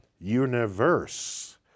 universe